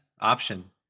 option